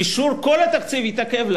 אישור כל התקציב התעכב,